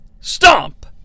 Stomp